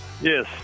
Yes